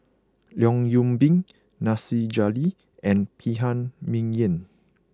Leong Yoon Pin Nasir Jalil and Phan Ming Yen